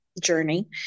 journey